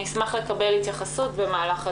נשמח לקבל התייחסות במהלך הדיון.